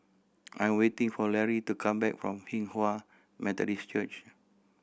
I am waiting for Lary to come back from Hinghwa Methodist Church